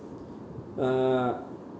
uh